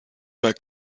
back